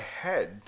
head